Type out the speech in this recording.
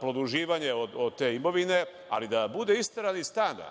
produžavanje od te imovine, ali da bude isteran iz stana,